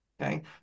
Okay